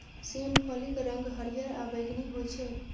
सेम फलीक रंग हरियर आ बैंगनी होइ छै